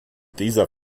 dieser